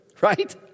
right